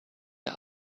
der